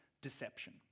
Deception